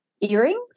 earrings